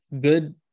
good